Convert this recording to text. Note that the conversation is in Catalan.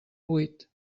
vuit